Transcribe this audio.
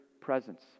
presence